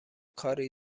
کاری